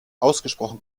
ausgesprochen